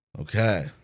Okay